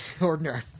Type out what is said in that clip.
Ordinary